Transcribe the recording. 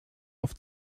auf